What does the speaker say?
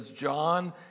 John